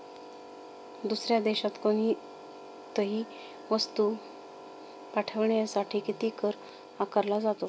दुसऱ्या देशात कोणीतही वस्तू पाठविण्यासाठी किती कर आकारला जातो?